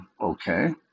Okay